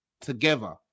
together